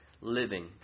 living